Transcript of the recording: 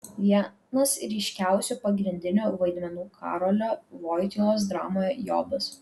vienas ryškiausių pagrindinių vaidmenų karolio voitylos dramoje jobas